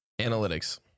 Analytics